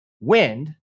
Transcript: wind